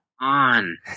on